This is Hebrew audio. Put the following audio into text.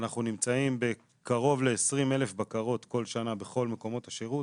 אנחנו נמצאים בקרוב ל-20,000 בקרות כל שנה בכל מקומות השירות,